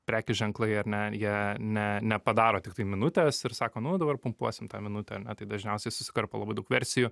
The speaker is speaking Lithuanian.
prekių ženklai ar ne jie ne nepadaro tiktai minutės ir sako nu dabar pumpuosim tą minutę tai dažniausiai susikarpo labai daug versijų